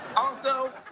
also,